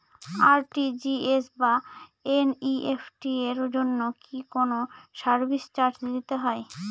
RTGS বা NEFT এর জন্য কি কোনো সার্ভিস চার্জ দিতে হয়?